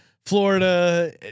Florida